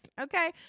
okay